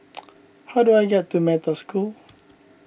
how do I get to Metta School